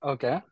Okay